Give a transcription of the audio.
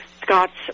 Scott's